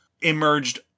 emerged